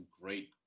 great